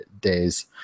days